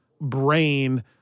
brain